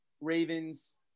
Ravens